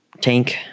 Tank